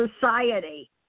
society